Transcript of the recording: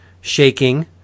shaking